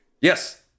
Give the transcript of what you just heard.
Yes